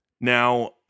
Now